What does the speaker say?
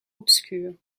obscur